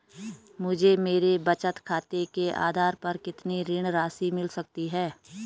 मुझे मेरे बचत खाते के आधार पर कितनी ऋण राशि मिल सकती है?